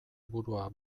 burua